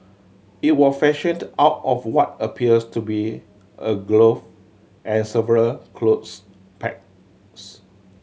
it was fashioned out of what appears to be a glove and several clothes pegs